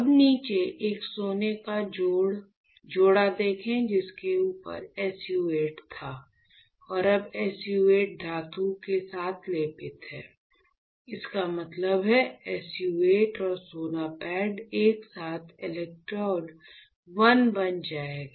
अब नीचे एक सोने का जोड़ा देखें जिसके ऊपर SU 8 था और अब SU 8 धातु के साथ लेपित है इसका मतलब है SU 8 और सोना पैड एक साथ इलेक्ट्रोड 1 बन जाएगा